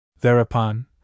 Thereupon